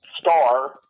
star